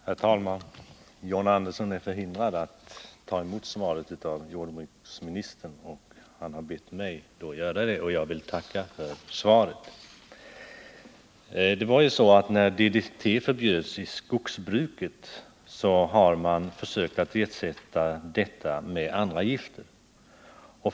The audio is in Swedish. Herr talman! John Andersson är förhindrad att ta emot svaret av jordbruksministern och har bett mig att göra det. Jag vill tacka för svaret. När DDT förbjöds i skogsbruket, försökte man ersätta detta medel med andra gifter.